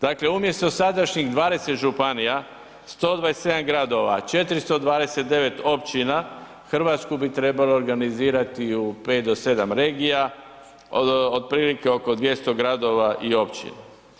Dakle, umjesto sadašnjih 20 županija, 127 gradova, 429 općina Hrvatsku bi trebalo organizirati u 5 do 7 regija, otprilike oko 200 gradova i općina.